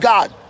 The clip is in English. God